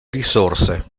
risorse